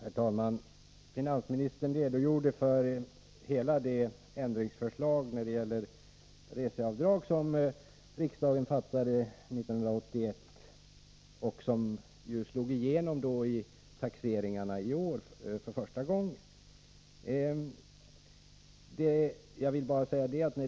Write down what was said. Herr talman! Finansministern redogjorde för hela det förslag till ändringar av reseavdragen som riksdagen antog 1981 och vars tillämpning i år för första gången slagit igenom i taxeringarna.